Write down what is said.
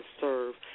serve